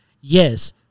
yes